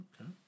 Okay